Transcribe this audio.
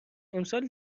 امسال